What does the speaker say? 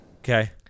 Okay